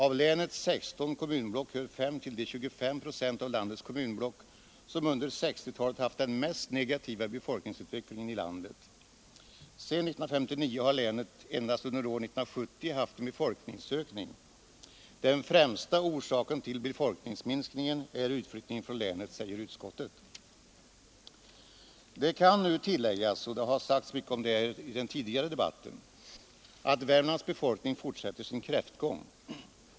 Av länets 16 kommunblock hör 5 till de 25 procent av landets kommunblock som under 1960-talet haft den mest negativa befolkningsutvecklingen i landet. Sedan 1959 har länet endast under år 1970 haft en befolkningsökning. Den främsta orsaken till befolkningsminskningen är utflyttningen från länet, säger utskottet. Det kan nu tilläggas — och det har sagts mycket om det i den tidigare debatten — att Värmlands befolkning fortsätter sin kräftgång.